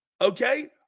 Okay